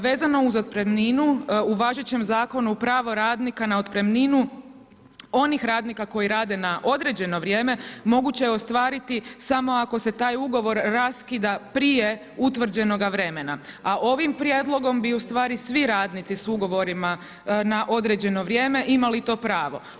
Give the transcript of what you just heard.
Vezano uz otpremninu, u važećem zakonu pravo radnika na otpremninu onih radnika koji rade na određeno vrijeme, moguće je ostvariti samo ako se taj ugovor raskida prije utvrđenoga vremena, a ovim prijedlogom bi ustvari svi radnici s ugovorima na određeno vrijeme imali to pravo.